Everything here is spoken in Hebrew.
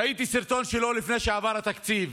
ראיתי סרטון שלו לפני שעבר התקציב,